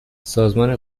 سازمان